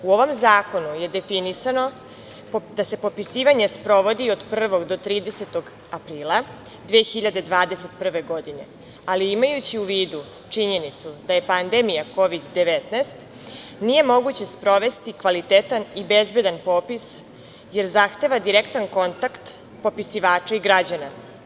U ovom Zakonu je definisano da se popisivanje sprovodi od 1. do 30. aprila 2021. godine, ali imajući u vidu činjenicu da je pandemija Kovid 19, nije moguće sprovesti kvalitetan i bezbedan popis, jer zahteva direktan kontakt popisivača i građana.